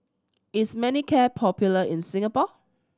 is Manicare popular in Singapore